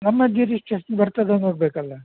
ನಮ್ಮ ಜೂರಿಸ್ಡಿಕ್ಷನ್ ಬರ್ತದಾ ನೋಡಬೇಕಲ್ಲ